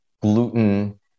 gluten